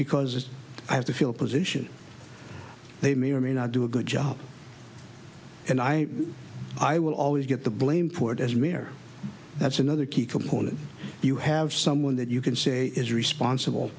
because i have the field position they may or may not do a good job and i i will always get the blame for it as mayor that's another key component you have someone that you can say is responsible